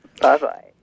Bye-bye